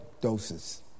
doses